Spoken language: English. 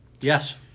Yes